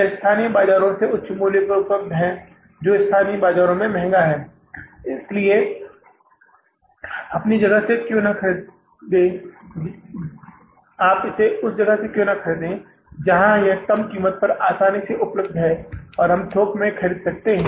यह स्थानीय बाजारों से उच्च मूल्यों पर उपलब्ध है जो स्थानीय बाजारों में महंगा है इसलिए इसे अपनी जगह से क्यों न खरीदें जहां यह कम कीमत पर आसानी से उपलब्ध है और हम थोक में खरीद सकते हैं